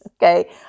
Okay